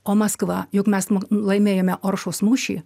o maskva juk mes mok laimėjome oršos mūšį